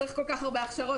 צריך כל כך הרבה הכשרות,